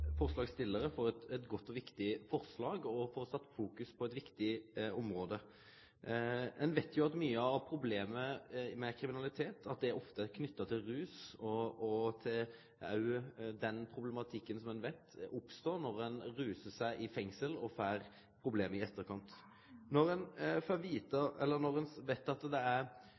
forslaget? Jeg imøteser det svaret. Først vil eg berre nytte høvet til å gi ros til forslagsstillarane for eit godt og viktig forslag og for å setje eit viktig område i fokus. Ein veit at mykje av problemet med kriminalitet ofte er knytt til rus og til den problematikken ein veit oppstår når ein rusar seg i fengsel og får problem i etterkant. Når ein veit, som forslagsstillarane viser til, at det